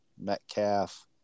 Metcalf